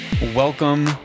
Welcome